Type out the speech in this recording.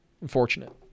Unfortunate